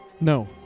No